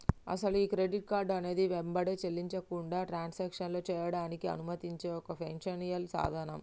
అసలు ఈ credit card అనేది వెంబటే చెల్లించకుండా ట్రాన్సాక్షన్లో చేయడానికి అనుమతించే ఒక ఫైనాన్షియల్ సాధనం